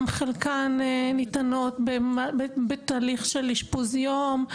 גם חלקן ניתנות בתהליך של אשפוז יום,